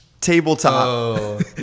tabletop